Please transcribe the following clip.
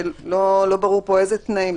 שלא ברור פה איזה תנאים,